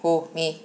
who me